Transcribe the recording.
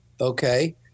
Okay